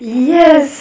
yes